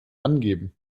angeben